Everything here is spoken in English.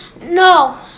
no